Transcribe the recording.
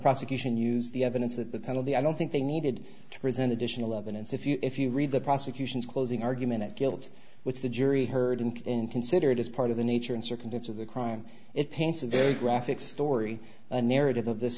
prosecution use the evidence that the penalty i don't think they needed to present additional evidence if you if you read the prosecution's closing argument of guilt which the jury heard and inconsiderate is part of the nature and circumstance of the crime it paints a very graphic story a narrative of this